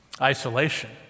isolation